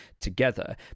together